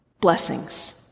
blessings